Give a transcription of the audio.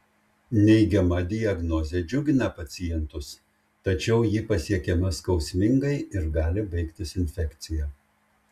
neigiama diagnozė džiugina pacientus tačiau ji pasiekiama skausmingai ir gali baigtis infekcija